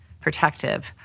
protective